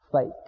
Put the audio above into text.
Fake